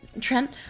Trent